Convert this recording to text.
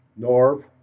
Norv